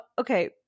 Okay